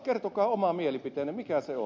kertokaa oma mielipiteenne mikä se on